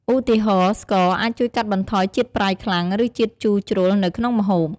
ឧទាហរណ៍ ស្ករអាចជួយកាត់បន្ថយជាតិប្រៃខ្លាំង ឬជាតិជូរជ្រុលនៅក្នុងម្ហូប។